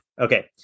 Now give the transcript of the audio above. Okay